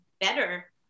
better